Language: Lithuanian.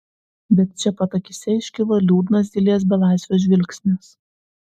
bet čia pat akyse iškilo liūdnas zylės belaisvio žvilgsnis